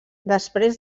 després